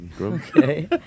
Okay